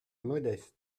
modestes